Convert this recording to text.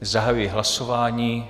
Zahajuji hlasování.